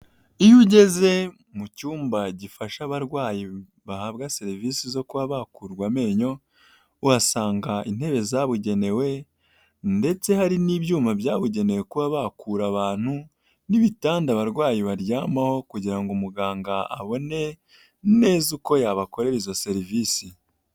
Iyo ugeze mu cyumba gifasha abarwayi bahabwa serivisi zo kuba bakurwa amenyo, wahasanga intebe zabugenewe ndetse hari n'ibyuma byabugenewe kuba bakura abantu n'ibitanda abarwayi baryamaho kugira ngo muganga abone neza uko yabakorera izo serivisi.